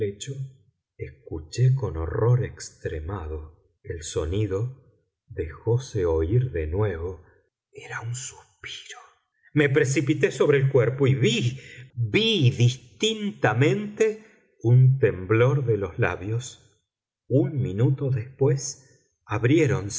escuché con horror extremado el sonido dejóse oír de nuevo era un suspiro me precipité sobre el cuerpo y vi vi distintamente un temblor de los labios un minuto después abriéronse